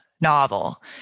novel